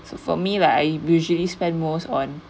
so for me like I usually spend most on